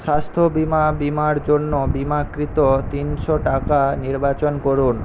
স্বাস্থ্যবীমা বীমার জন্য বিমাকৃত তিনশো টাকা নির্বাচন করুন